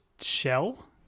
shell